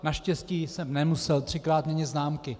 Naštěstí jsem nemusel třikrát měnit zámky.